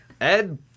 Ed